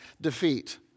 defeat